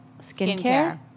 skincare